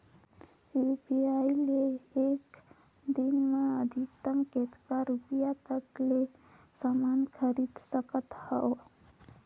UPI ले एक दिन म अधिकतम कतका रुपिया तक ले समान खरीद सकत हवं?